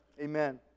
Amen